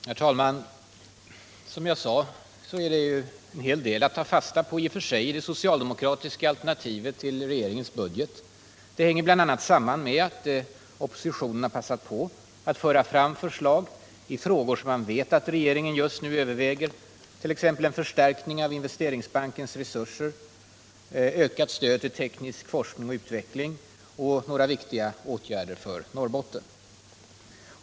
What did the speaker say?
Herr talman! Som jag sade finns det i och för sig en hel del att ta fasta på i det socialdemokratiska alternativet till regeringens budget. Det hänger samman bl.a. med att oppositionen har passat på att föra fram förslag i frågor som man vet att regeringen just nu överväger, t.ex. om en förstärkning av Investeringsbankens resurser, ökat stöd till teknisk forskning och utveckling och några viktiga åtgärder för Norrbotten.